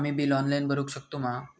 आम्ही bill online भरुक शकतू मा?